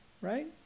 right